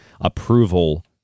approval